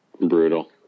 Brutal